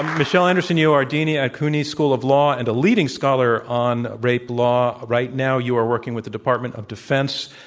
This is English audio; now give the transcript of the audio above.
michelle anderson, you are dean at cuny school of law and a leading scholar on rape law. right now you are working with the department of defense,